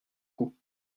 coup